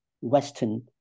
western